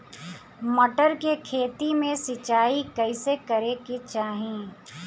मटर के खेती मे सिचाई कइसे करे के चाही?